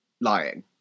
lying